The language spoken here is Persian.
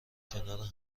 کنار